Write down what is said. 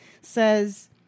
says